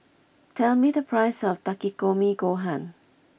tell me the price of Takikomi gohan